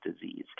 disease